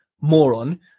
moron